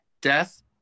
death